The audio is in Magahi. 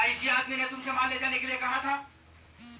मुकेश राजस्थान स आयात निर्यातेर कामत लगे गेल छ